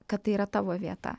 kad tai yra tavo vieta